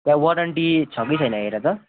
त्यहाँ वारन्टी छ कि छैन हेर त